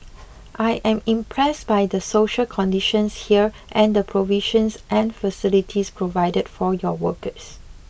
I am impressed by the social conditions here and the provisions and facilities provided for your workers